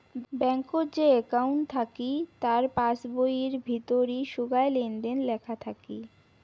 ব্যাঙ্কত যে একউন্ট থাকি তার পাস বইয়ির ভিতরি সোগায় লেনদেন লেখা থাকি